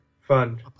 fun